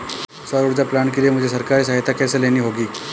सौर ऊर्जा प्लांट के लिए मुझे सरकारी सहायता कैसे लेनी होगी?